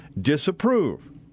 disapprove